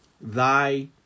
Thy